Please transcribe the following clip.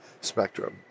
spectrum